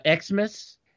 Xmas